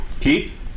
Keith